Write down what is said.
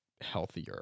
healthier